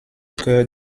cœur